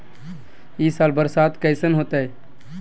ई साल बरसात कैसन होतय?